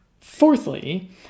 Fourthly